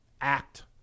act